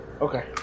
Okay